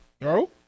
No